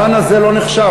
הזמן הזה לא נחשב.